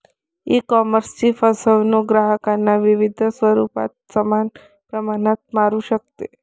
ईकॉमर्सची फसवणूक ग्राहकांना विविध स्वरूपात समान प्रमाणात मारू शकते